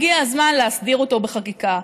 הגיע הזמן להסדיר אותו בחקיקה.